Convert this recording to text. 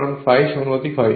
কারণ ∅ সমানুপাতিক হয়